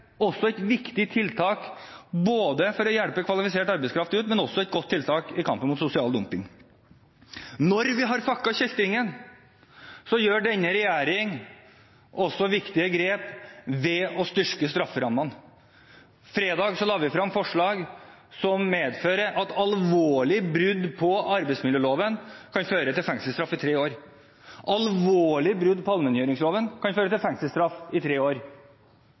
et viktig tiltak for å hjelpe kvalifisert arbeidskraft ut, men også et godt tiltak i kampen mot sosial dumping. Når vi har fakket kjeltringene, gjør denne regjeringen også viktige grep ved å styrke strafferammene. Fredag la vi frem forslag som medfører at alvorlige brudd på arbeidsmiljøloven kan føre til fengselsstraff i tre år. Alvorlige brudd på allmenngjøringsloven kan føre til fengselsstraff i tre år.